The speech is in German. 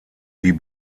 die